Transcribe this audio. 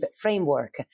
framework